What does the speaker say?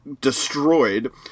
destroyed